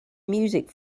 music